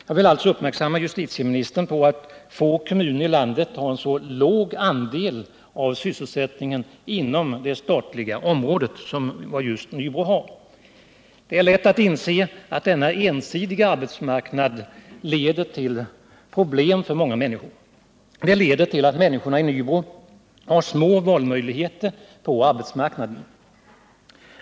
Jag vill alltså fästa justitieministerns uppmärksamhet på att få kommuner i landet har en så låg andel av sysselsättningen inom det statliga området som just Nybro. Det är lätt att inse att denna ensidiga arbetsmarknad leder till problem för många människor. Det leder till att människorna i Nybro har små valmöjligheter på arbetsmarknaden.